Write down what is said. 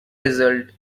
result